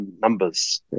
numbers